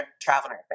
traveling